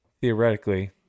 theoretically